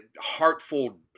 heartful